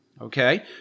Okay